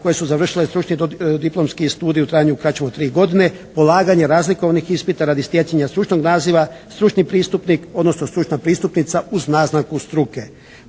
koje su završile stručni diplomski studij u trajanju kraćem od 3 godine polaganje razlikovnih ispita radi stjecanja stručnog naziva, stručni pristupnik, odnosno stručna pristupnica uz naznaku struke.